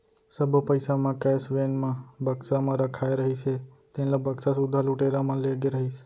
सब्बो पइसा म कैस वेन म बक्सा म रखाए रहिस हे तेन ल बक्सा सुद्धा लुटेरा मन ले गे रहिस